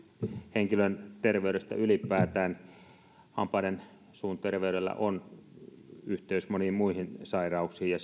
henkilön terveydestä ylipäätään hampaiden suun terveydellä on yhteys moniin muihin sairauksiin ja